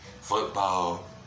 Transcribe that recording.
football